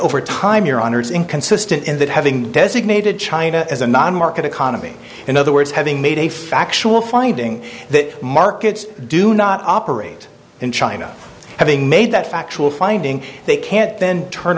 over time your honor is inconsistent in that having designated china as a non market economy in other words having made a factual finding that markets do not operate in china having made that factual finding they can't then turn